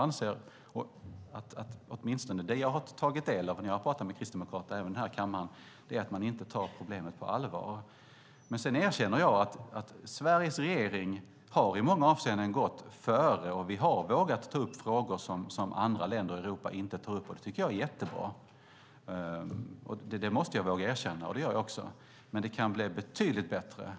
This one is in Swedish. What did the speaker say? Det jag har tagit del av när jag har talat med kristdemokrater, även här i kammaren, är att de inte tar problemet på allvar. Sedan erkänner jag att Sveriges regering i många avseenden har gått före och vågat ta upp frågor som andra länder i Europa inte tar upp, och det tycker jag är ett jättebra. Det måste jag våga erkänna, och det gör jag också. Men det kan bli betydligt bättre.